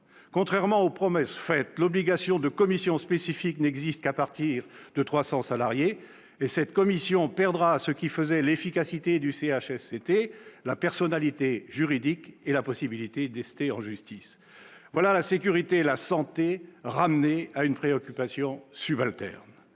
Contrairement aux promesses faites, l'obligation d'instaurer une commission spécifique n'existera qu'à partir de 300 salariés. En outre, cette commission perdra ce qui faisait l'efficacité du CHSCT, à savoir la personnalité juridique et la possibilité d'ester en justice. Voilà la sécurité et la santé ramenées au rang de préoccupations subalternes